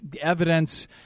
evidence